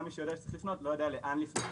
גם מי שיודע שצריך לפנות לא יודע לאן לפנות.